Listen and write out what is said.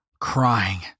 crying